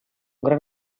gran